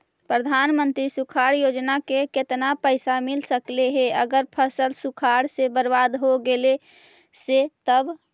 प्रधानमंत्री सुखाड़ योजना से केतना पैसा मिल सकले हे अगर फसल सुखाड़ से बर्बाद हो गेले से तब?